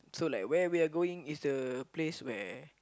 so like where we are going is the place where